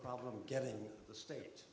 problem getting the state